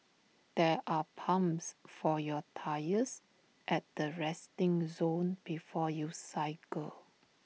there are pumps for your tyres at the resting zone before you cycle